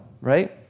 right